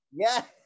Yes